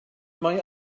mae